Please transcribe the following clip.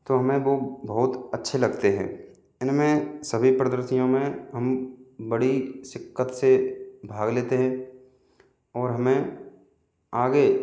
तो हमें वो बहुत अच्छे लगतें हैं इनमें सभी प्रदर्सियों में हम बड़ी सिक्कत से भाग लेते हैं और हमें आगे